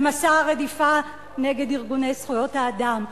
ומסע הרדיפה נגד ארגוני זכויות האדם.